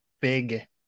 big